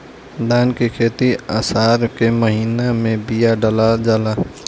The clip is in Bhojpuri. धान की खेती आसार के महीना में बिया डालल जाला?